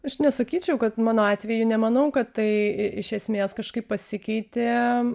aš nesakyčiau kad mano atveju nemanau kad tai iš esmės kažkaip pasikeitė